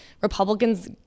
Republicans